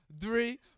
three